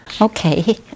Okay